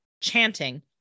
chanting